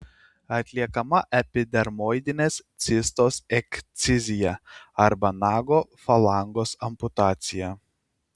atliekama epidermoidinės cistos ekscizija arba nago falangos amputacija